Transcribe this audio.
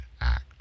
Act